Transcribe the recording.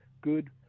good